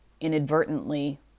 inadvertently